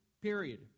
period